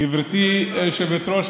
גברתי היושבת-ראש,